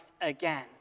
again